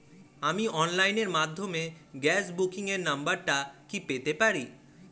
আমার অনলাইনের মাধ্যমে গ্যাস বুকিং এর নাম্বারটা কি পেতে পারি?